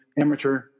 amateur